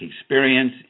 experience